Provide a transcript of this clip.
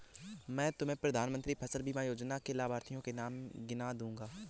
मैं तुम्हें प्रधानमंत्री फसल बीमा योजना के लाभार्थियों के नाम गिना दूँगा